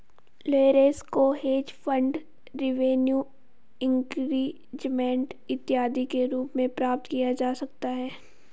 leverage को hedge fund revenue increasement इत्यादि के रूप में प्राप्त किया जा सकता है